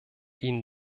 ihnen